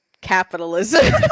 capitalism